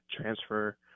transfer